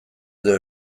edo